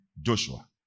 joshua